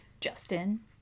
Justin